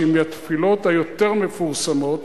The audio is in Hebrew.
שהיא מהתפילות היותר מפורסמות,